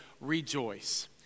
rejoice